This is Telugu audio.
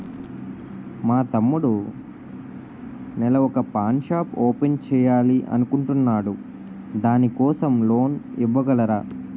మా తమ్ముడు నెల వొక పాన్ షాప్ ఓపెన్ చేయాలి అనుకుంటునాడు దాని కోసం లోన్ ఇవగలరా?